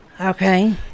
Okay